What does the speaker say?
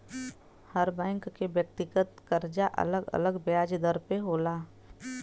हर bank के व्यक्तिगत करजा अलग अलग बियाज दर पे होला